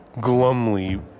glumly